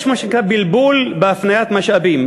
יש מה שנקרא בלבול בהפניית משאבים.